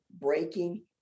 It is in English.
breaking